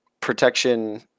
Protection